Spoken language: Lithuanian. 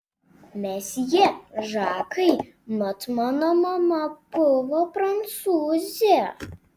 mesjė žakai mat mano mama buvo prancūzė